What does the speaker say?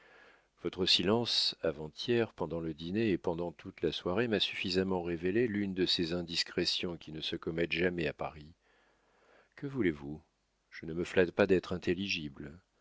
votre silence avant-hier pendant le dîner et pendant toute la soirée m'a suffisamment révélé l'une de ces indiscrétions qui ne se commettent jamais à paris que voulez-vous je ne me flatte pas d'être intelligible